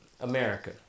America